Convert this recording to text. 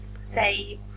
say